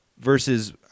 versus